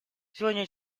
сегодня